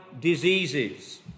diseases